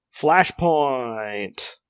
Flashpoint